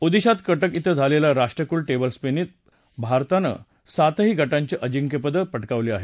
ओदिशात कटक इथं झालेल्या राष्ट्रकुल टेबल टेनिस स्पर्धेत भारतानं सातही गटांची अजिंक्यपदं पटकावली आहेत